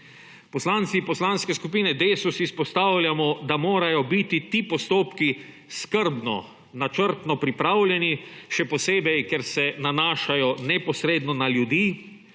Poslanci poslanske skupine Desus izpostavljamo, da morajo biti ti postopki skrbno, načrtno pripravljeni, še posebej, ker se nanašajo neposredno na ljudi,